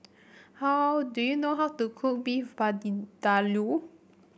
how do you know how to cook Beef